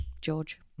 George